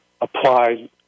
applied